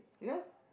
you know